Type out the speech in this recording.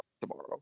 tomorrow